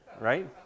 right